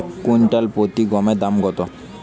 Quintal প্রতি গমের দাম কত?